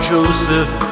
Joseph